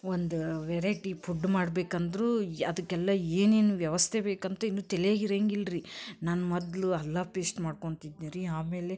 ಒಂದು variety food ಮಾಡಬೇಕಂದ್ರೂ ಅದಕ್ಕೆಲ್ಲ ಏನೇನು ವ್ಯವಸ್ಥೆ ಬೇಕಂತ ಇನ್ನೂ ತಿಳಿಯಾಗಿ ಇರಂಗಿಲ್ಲ ರಿ ನಾನು ಮೊದಲು ಅಲ್ಲ ಪೇಸ್ಟ್ ಮಾಡ್ಕೊತಿದ್ನಿ ರೀ ಆಮೇಲೆ